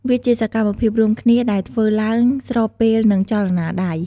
វាជាសកម្មភាពរួមគ្នាដែលធ្វើឡើងស្របពេលនឹងចលនាដៃ។